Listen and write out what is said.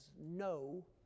No